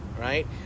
right